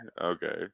okay